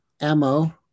ammo